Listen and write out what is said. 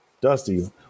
Dusty